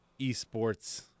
esports